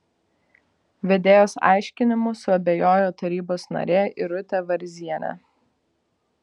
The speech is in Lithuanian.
vedėjos aiškinimu suabejojo tarybos narė irutė varzienė